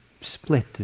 split